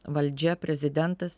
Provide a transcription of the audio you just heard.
valdžia prezidentas